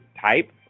type